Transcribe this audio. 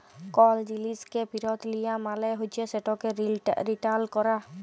call জিলিসকে ফিরত লিয়া মালে হছে সেটকে রিটার্ল ক্যরা